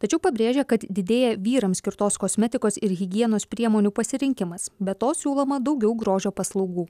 tačiau pabrėžia kad didėja vyrams skirtos kosmetikos ir higienos priemonių pasirinkimas be to siūloma daugiau grožio paslaugų